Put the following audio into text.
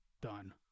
done